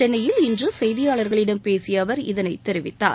சென்னையில் இன்று செய்தியாளர்களிடம் பேசிய அவர் இதனைத் தெரிவித்தார்